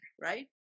right